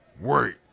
Wait